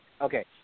Okay